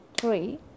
three